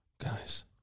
Guys